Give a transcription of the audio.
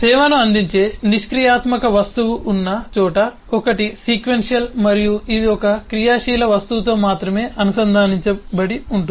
సేవను అందించే నిష్క్రియాత్మక వస్తువు ఉన్న చోట ఒకటి సీక్వెన్షియల్ మరియు ఇది ఒక క్రియాశీల వస్తువుతో మాత్రమే అనుసంధానించబడి ఉంటుంది